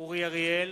אורי אריאל,